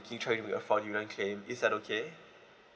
try to make a fraudulent claim is that okay